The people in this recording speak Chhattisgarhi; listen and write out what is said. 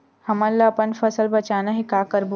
हमन ला अपन फसल ला बचाना हे का करबो?